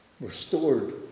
restored